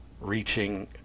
reaching